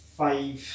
five